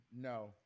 no